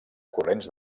corrents